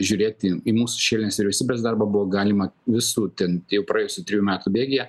žiūrėti į mūsų šešėlinės vyriausybės darbą buvo galima visų ten jau praėjusių trijų metų bėgyje